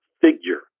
figure